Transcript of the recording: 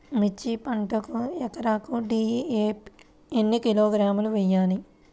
మిర్చి పంటకు ఎకరాకు డీ.ఏ.పీ ఎన్ని కిలోగ్రాములు వేయాలి?